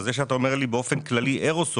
זה שאתה אומר לי באופן כללי אירו סול,